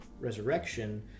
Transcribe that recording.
resurrection